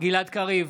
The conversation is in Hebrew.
גלעד קריב,